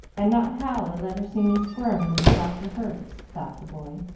and not howl or let her see me squirm when the doctor hurts, thought the boy,